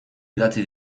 idatzi